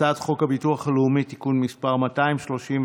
הצעת חוק הביטוח הלאומי (תיקון מס' 233)